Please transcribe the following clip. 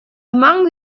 among